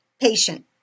patient